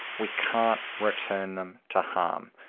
we can't return them to harm,